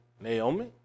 Naomi